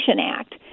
Act